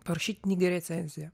parašyt knygai recenziją